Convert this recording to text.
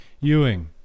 Ewing